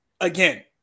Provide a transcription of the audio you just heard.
again